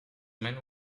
man